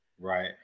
Right